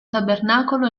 tabernacolo